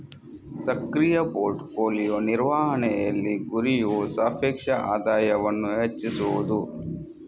ಸಕ್ರಿಯ portfolio ನಿರ್ವಹಣೆಯಲ್ಲಿ, ಗುರಿಯು ಸಾಪೇಕ್ಷ ಆದಾಯವನ್ನು ಹೆಚ್ಚಿಸುವುದು